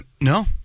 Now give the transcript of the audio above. No